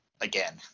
again